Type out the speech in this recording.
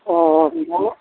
অঁ অঁ